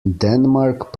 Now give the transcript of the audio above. denmark